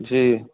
जी